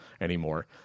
anymore